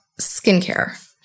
skincare